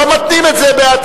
לא מתנים את זה בהצבעה.